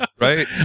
right